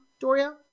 Doria